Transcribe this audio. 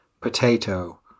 potato